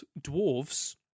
dwarves